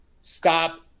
stop